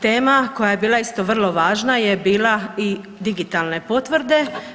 Tema koja je bila isto vrlo važna je bila i digitalne potvrde.